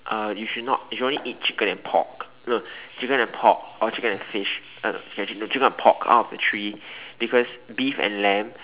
uh you should not you should only eat chicken and pork no chicken and pork or chicken and fish uh no actually chicken and pork out of the three because beef and lamb